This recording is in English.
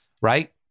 right